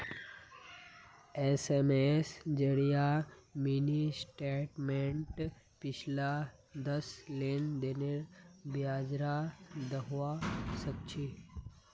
SMS जरिए mini स्टेटमेंटत पिछला दस लेन देनेर ब्यौरा दखवा सखछी